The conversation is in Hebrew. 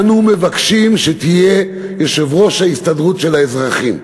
אנו מבקשים שתהיה יושב-ראש ההסתדרות של האזרחים,